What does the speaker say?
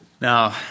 Now